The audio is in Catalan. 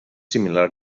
similar